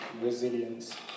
resilience